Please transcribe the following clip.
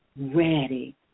ready